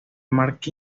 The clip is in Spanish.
mark